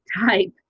type